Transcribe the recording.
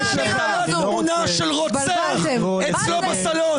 תמונה של רוצח אצלו בסלון.